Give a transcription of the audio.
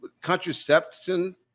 contraception